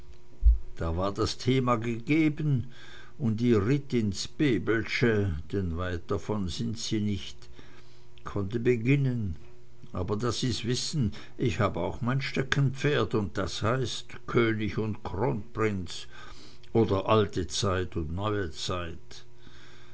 da war das thema gegeben und ihr ritt ins bebelsche denn weitab davon sind sie nicht konnte beginnen aber daß sie's wissen ich hab auch mein steckenpferd und das heißt könig und kronprinz oder alte zeit und neue zeit